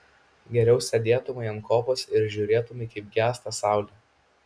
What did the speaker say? geriau sėdėtumei ant kopos ir žiūrėtumei kaip gęsta saulė